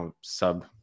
sub